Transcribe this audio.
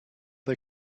are